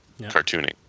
cartooning